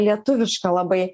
lietuviška labai